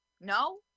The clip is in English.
No